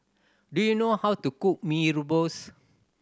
do you know how to cook Mee Rebus